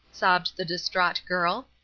sobbed the distraught girl.